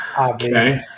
Okay